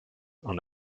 and